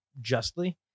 justly